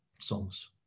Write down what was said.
songs